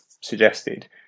suggested